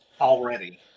Already